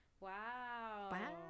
wow